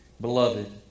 Beloved